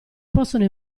possono